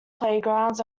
playgrounds